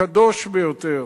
הקדוש ביותר,